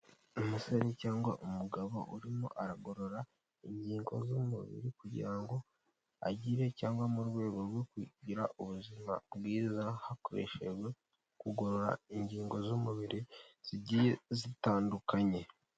Umusore cyangwa umugabo urimo aragorora ingingo z'umubiri, kugira ngo agire cyangwa mu rwego rwo kugira ubuzima bwiza, hakoreshejwe kugorora ingingo z'umubiri zigiye zitandukanye.